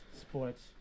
sports